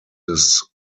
this